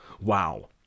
Wow